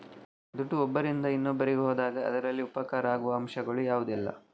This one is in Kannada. ದುಡ್ಡು ಒಬ್ಬರಿಂದ ಇನ್ನೊಬ್ಬರಿಗೆ ಹೋದಾಗ ಅದರಲ್ಲಿ ಉಪಕಾರ ಆಗುವ ಅಂಶಗಳು ಯಾವುದೆಲ್ಲ?